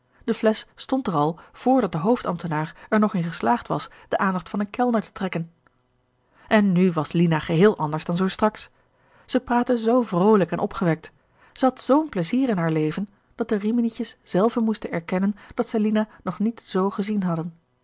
de flesch stond er al vr dat de hoofdambtenaar er nog in geslaagd was de aandacht van een kellner te trekken en nu was lina geheel anders dan zoo straks zij praatte zoo vroolijk en opgewekt zij had zoo'n pleizier in haar leven dat de riminietjes zelven moesten erkennen dat zij lina nog niet z gezien hadden